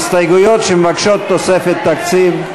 הסתייגויות שמבקשות תוספת תקציב,